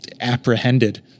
apprehended